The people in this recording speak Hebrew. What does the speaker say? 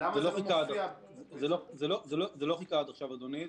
זה לא חיכה עד עכשיו, אדוני.